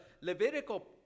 Levitical